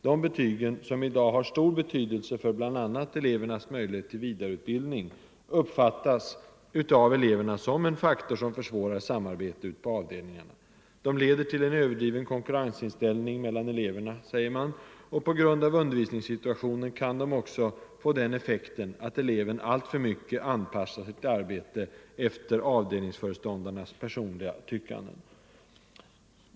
Dessa betyg, som i dag har stor betydelse för bl.a. elevernas möjligheter till vidareutbildning, uppfattas av eleverna som en faktor som försvårar samarbete ute på avdelningarna. De leder till en överdriven konkurrensinställning mellan eleverna. På grund av undervisningssituationen sägs de också få den effekten att eleverna alltför mycket anpassar sitt arbete efter avdelningsföreståndarnas personliga tyckanden.